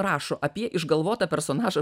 rašo apie išgalvotą personažą